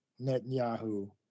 Netanyahu